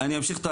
אני אמשיך,